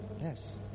Yes